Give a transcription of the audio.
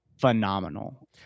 phenomenal